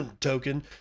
token